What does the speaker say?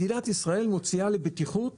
מדינת ישראל מוציאה על בטיחות